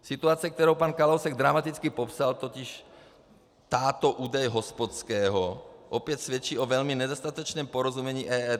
Situace, kterou pan Kalousek dramaticky popsal, totiž... táto údaje hospodského, opět svědčí o velmi nedostatečném porozumění EET.